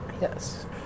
yes